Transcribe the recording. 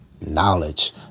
knowledge